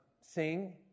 sing